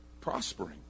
prospering